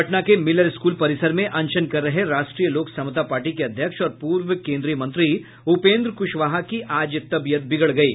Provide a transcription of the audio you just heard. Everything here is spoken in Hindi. पटना के मिलर स्कूल परिसर में अनशन कर रहे राष्ट्रीय लोक समता पार्टी के अध्यक्ष और पूर्व केन्द्रीय मंत्री उपेन्द्र कुशवाहा की आज तबीयत बिगड़ गयी